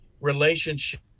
relationship